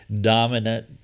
dominant